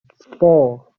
four